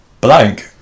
blank